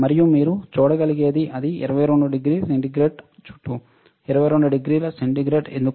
మరియు మీరు చూడగలిగేది అది 22 డిగ్రీల సెంటీగ్రేడ్ చుట్టూ 22 డిగ్రీల సెంటీగ్రేడ్ ఎందుకు